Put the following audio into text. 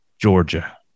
Georgia